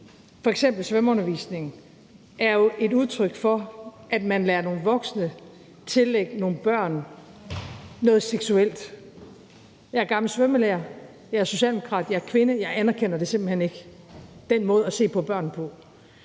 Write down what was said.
svømmeundervisning er jo et udtryk for, at man lader nogle voksne tillægge nogle børn noget seksuelt. Jeg er gammel svømmelærer, jeg er socialdemokrat, jeg er kvinde, og jeg anerkender simpelt hen ikke den måde at se på børn på.